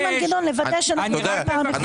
מנגנון לבקש שאנחנו --- אבל זה לא ויכוח.